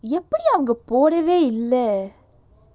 எப்பிடி அவங்க போடவே இல்ல:eppidi avanga podavae illa